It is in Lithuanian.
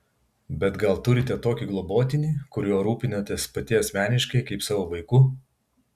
bet gal turite tokį globotinį kuriuo rūpinatės pati asmeniškai kaip savo vaiku